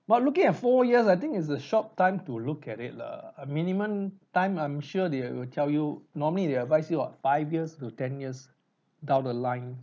but looking at four years I think is a short time to look at it lah a minimum time I'm sure they will tell you normally they will advise you a five years to ten years down the line